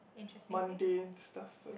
Monday stuff first